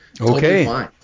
Okay